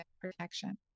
protection